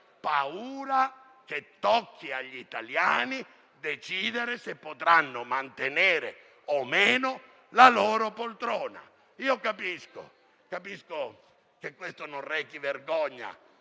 paura che spetti agli italiani decidere se potranno mantenere o meno la poltrona. Capisco che questo non rechi vergogna